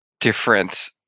Different